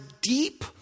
deep